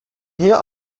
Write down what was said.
hier